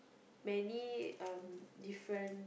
many uh different